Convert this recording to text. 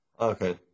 okay